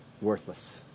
worthless